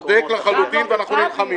אתה צודק לחלוטין ואנחנו נלחמים בזה.